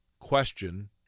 question